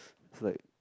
it's like